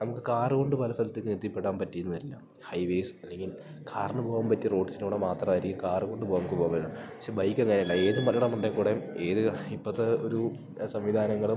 നമുക്ക് കാറ് കൊണ്ട് പല സ്ഥലത്തേക്കും എത്തിപ്പെടാൻ പറ്റി എന്ന് വരില്ല ഹൈവേസ് അല്ലെങ്കിൽ കാറിന് പോവാൻ പറ്റിയ റോഡ്സിലൂടെ മാത്രായിരിക്കും കാറ് കൊണ്ട് പോകാൻ നമുക്ക് പോകലന്നെ പക്ഷേ ബൈക്ക് അങ്ങനെയല്ല ഏത് മലേടെ മണ്ടേ കൂടേയും ഏത് ഇപ്പത്തെ ഒരു സംവിധാനങ്ങളും